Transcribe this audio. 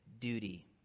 duty